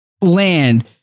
land